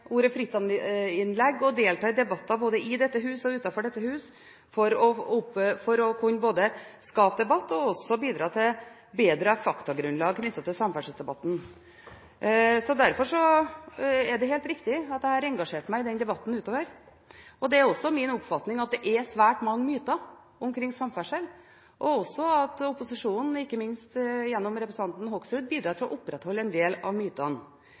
ordet fritt-innlegg og delta i debatter både i og utenfor dette hus for både å skape debatt og også bidra til bedre faktagrunnlag knyttet til samferdselsdebatten. Derfor er det helt riktig at jeg har engasjert meg i den debatten. Det er min oppfatning at det er svært mange myter omkring samferdsel, og også at opposisjonen – ikke minst gjennom representanten Hoksrud – bidrar til å opprettholde en del av mytene.